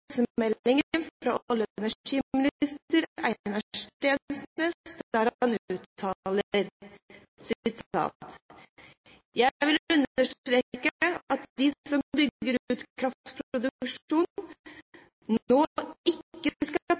fra olje- og energiminister Einar Steensnæs der han uttaler: «Jeg vil understreke at de som bygger ut kraftproduksjon nå ikke